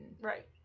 Right